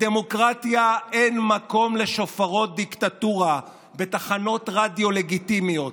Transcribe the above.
בדמוקרטיה אין מקום לשופרות דיקטטורה בתחנות רדיו לגיטימיות.